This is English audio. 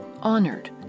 honored